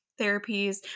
therapies